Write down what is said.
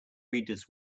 readers